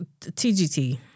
TGT